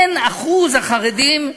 אחוז החרדים,